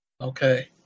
Okay